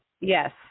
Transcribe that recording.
Yes